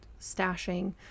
stashing